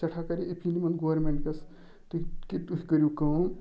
سٮ۪ٹھاہ کَرے أپیٖل یِمَن گورمٮ۪نٹکِس تُہۍ کہِ تُہۍ کٔرِو کٲم